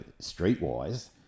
streetwise